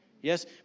Yes